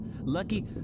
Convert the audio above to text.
Lucky